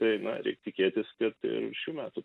tai na reik tikėtis kad ir šių metų